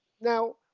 Now